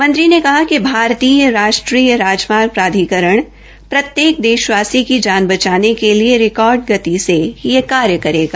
मंत्री ने कहा कि भारतीय राष्ट्रीय राजमार्ग प्राधिकरण प्रत्येक देशवासी की जान बचाने के लिए रिकार्ड गति से यह कार्य करेंगा